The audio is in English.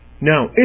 Now